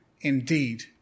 indeed